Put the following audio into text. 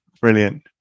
brilliant